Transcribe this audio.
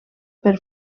per